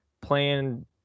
playing